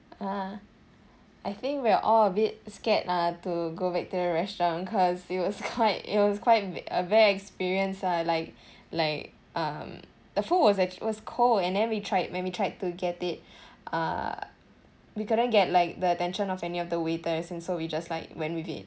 ah I think we're all a bit scared lah to go back to your restaurant cause it was quite it was quite a bad experience lah like like um the food was actually was cold and then we tried when we tried to get it uh we couldn't get like the attention of any of the waiters and so we just like went with it